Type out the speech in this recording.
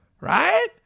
right